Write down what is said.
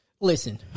listen